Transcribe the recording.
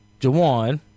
Jawan